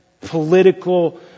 political